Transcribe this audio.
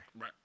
Right